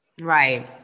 Right